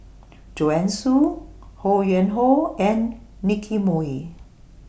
Joanne Soo Ho Yuen Hoe and Nicky Moey